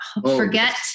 forget